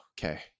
okay